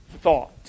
thought